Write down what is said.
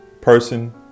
person